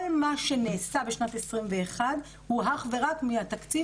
כל מה שנעשה בשנת 2021 הוא אך ורק מהתקציב